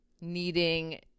needing